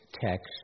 text